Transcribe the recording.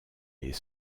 est